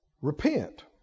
repent